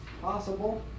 possible